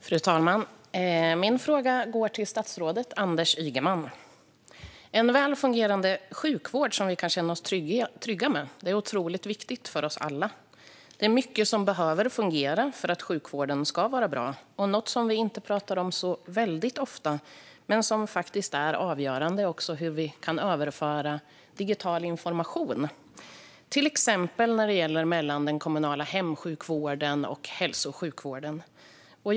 Fru talman! Min fråga går till statsrådet Anders Ygeman. En väl fungerande sjukvård som vi kan känna oss trygga med är otroligt viktig för oss alla. Det är mycket som behöver fungera för att sjukvården ska vara bra. Något som vi inte talar om så ofta men som faktiskt är avgörande är hur digital information till exempel mellan den kommunala hemsjukvården och hälso och sjukvården kan överföras.